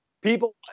people